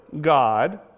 God